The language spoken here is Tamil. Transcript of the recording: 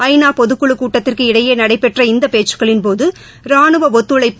ஐ நா பொதுக்குழு கூட்டத்திற்கு இடையே நடைபெற்ற இந்த பேச்சுக்களின்போது ராணுவ ஒத்துழைப்பு